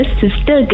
sister